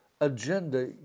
agenda